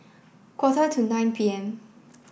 quarter to nine P M